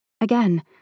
Again